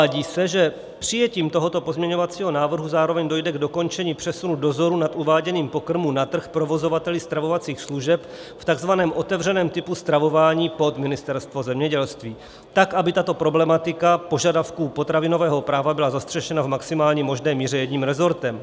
Uvádí se, že přijetím tohoto pozměňovacího návrhu zároveň dojde k dokončení přesunu dozoru nad uváděním pokrmu na trh provozovateli stravovacích služeb v takzvaném otevřeném typu stravování pod Ministerstvo zemědělství tak, aby tato problematika požadavků potravinového práva byla zastřešena v maximálně možné míře jedním resortem.